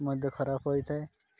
ମଧ୍ୟ ଖରାପ ହୋଇଥାଏ